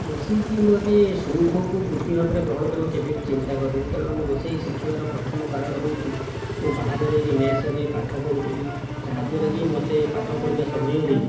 ରୋଷେଇକି ମୁଁ ଏବେ ସଉକକୁ ବୃତ୍ତି ଭାବରେ ଗ୍ରହଣ କରିବାକୁ କେବେ ବି ଚିନ୍ତା କରିନାହିଁ କାରଣ ମୋ' ରୋଷେଇ ଶିଖିବାର ପ୍ରଥମ କାରଣ ହେଉଛି ମୁଁ ବାହାରେ ରହିକି ମେସ୍ରେ ରହି ପାଠ ପଢ଼ୁଥିଲି ଯାହାଦ୍ୱାରାକି ମୋତେ ପାଠ ପଢ଼ିବା ସମୟରେ